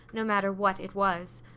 no matter what it was.